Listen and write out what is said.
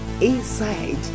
inside